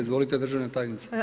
Izvolite državna tajnice.